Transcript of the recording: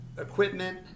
equipment